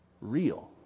real